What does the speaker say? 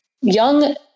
young